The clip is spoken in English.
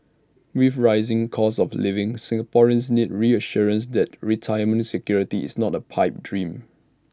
with rising costs of living Singaporeans need reassurance that retirement security is not A pipe dream